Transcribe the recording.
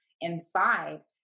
inside